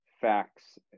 facts